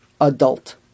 adult